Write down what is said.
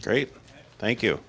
great thank you